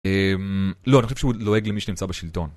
לא, אני חושב שהוא לועג למי שנמצא בשלטון.